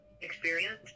experience